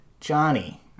Johnny